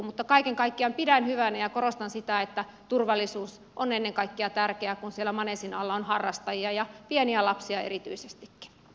mutta kaiken kaikkiaan pidän tätä hyvänä ja korostan sitä että turvallisuus on ennen kaikkea tärkeää kun siellä maneesin alla on harrastajia ja pieniä lapsia erityisestikin